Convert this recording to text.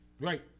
Right